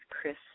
Chris